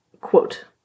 Quote